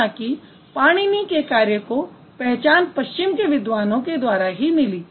हालांकि पाणिनी के कार्य को पहचान पश्चिम के विद्वानों के द्वारा ही मिली